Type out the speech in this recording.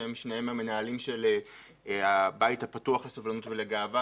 שניהם המנהלים של הבית הפתוח לסובלנות ולגאווה,